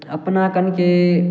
अपना कनके